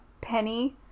Penny